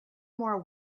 more